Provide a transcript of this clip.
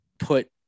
put